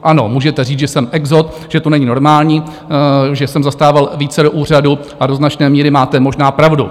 Ano, můžete říct, že jsem exot, že to není normální, že jsem zastával vícero úřadů, a do značné míry máte možná pravdu.